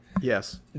Yes